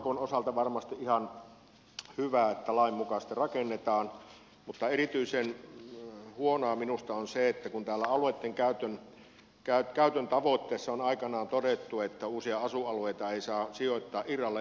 hallintopakon osalta on varmasti ihan hyvä että lainmukaisesti rakennetaan mutta erityisen huonoa minusta on se että täällä alueitten käytön tavoitteissa on aikanaan todettu että uusia asuinalueita ei saa sijoittaa irrallaan yhdyskuntarakenteista